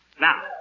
Now